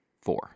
four